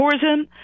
tourism